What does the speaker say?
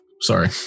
Sorry